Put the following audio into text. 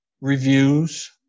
Reviews